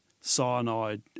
cyanide